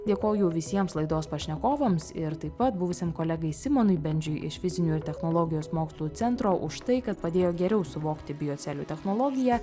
dėkoju visiems laidos pašnekovams ir taip pat buvusiam kolegai simonui bendžiui iš fizinių ir technologijos mokslų centro už tai kad padėjo geriau suvokti biocelių technologiją